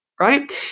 right